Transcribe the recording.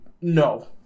No